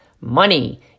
Money